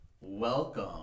Welcome